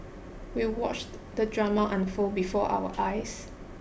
we watched the drama unfold before our eyes